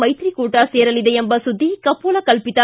ಮೈತ್ರಿಕೂಟ ಸೇರಲಿದೆ ಎಂಬ ಸುದ್ದಿ ಕಪೋಲ ಕಲ್ಪಿತ